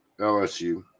LSU